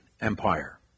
Empire